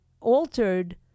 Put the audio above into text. altered